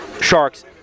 Sharks